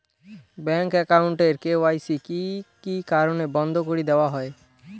Bank account এর KYC কি কি কারণে বন্ধ করি দেওয়া হয়?